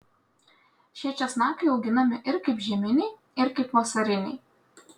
šie česnakai auginami ir kaip žieminiai ir kaip vasariniai